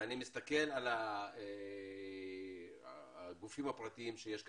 ואני מסתכל על הגופים הפרטיים שיש כאן,